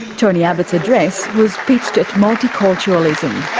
tony abbott's address was pitched at multiculturalism.